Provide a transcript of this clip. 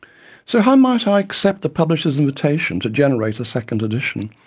so, how might i accept the publisher's invitation to generate a second edition,